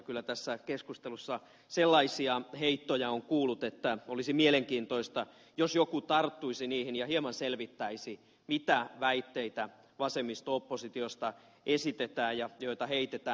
kyllä tässä keskustelussa sellaisia heittoja on kuullut että olisi mielenkiintoista jos joku tarttuisi niihin ja hieman selvittäisi mitä väitteitä vasemmisto oppositiosta esitetään ja heitetään